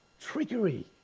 trickery